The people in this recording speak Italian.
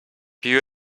più